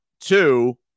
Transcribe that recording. Two